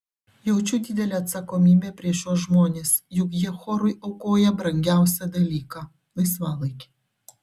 jaučiu didelę atsakomybę prieš šiuos žmones juk jie chorui aukoja brangiausią dalyką laisvalaikį